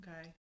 Okay